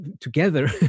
together